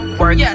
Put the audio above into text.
work